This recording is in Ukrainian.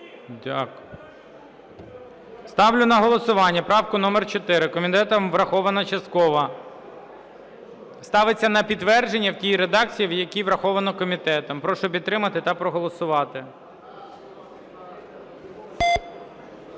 Ставлю на голосування правку номер 4. Комітетом врахована частково. Ставиться на підтвердження в тій редакції, в якій враховано комітетом. Прошу підтримати та проголосувати.